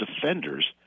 defenders